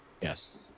Yes